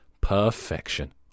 Perfection